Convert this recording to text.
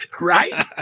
Right